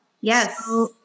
Yes